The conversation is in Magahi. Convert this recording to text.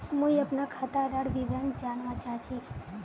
मुई अपना खातादार विवरण जानवा चाहची?